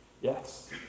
Yes